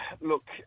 Look